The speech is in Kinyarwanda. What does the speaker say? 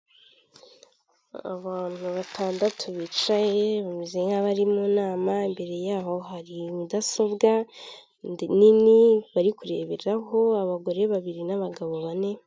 Abantu batandatu bicaye bameze nkabari mu nama mbere yaho hari mudasobwa nini bari kureberaho abagore babiri n'abagabo bane.